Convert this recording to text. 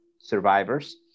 survivors